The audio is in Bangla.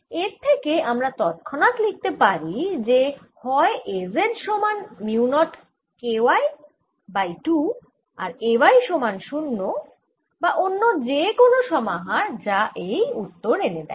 এর থেকে আমরা তৎক্ষণাৎ লিখতে পারি যে হয় A z সমান mu naught K y by 2 আর A y সমান 0 বা অন্য যে কোন সমাহার যা এই উত্তর এনে দেয়